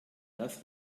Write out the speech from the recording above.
das